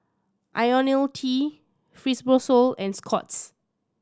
Ionil T Fibrosol and Scott's